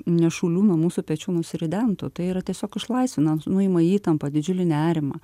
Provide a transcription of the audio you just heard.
nešulių nuo mūsų pečių nusiridentų tai yra tiesiog išlaisvina nuima įtampą didžiulį nerimą